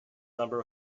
number